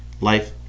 life